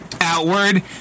outward